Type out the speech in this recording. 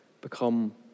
become